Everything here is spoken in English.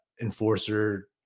enforcer